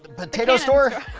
potato store!